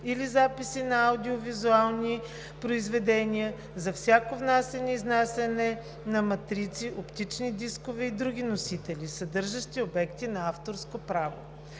или записи на аудиовизуални произведения; за всяко внасяне и изнасяне на матрици, оптични дискове и други носители, съдържащи обекти на авторско право.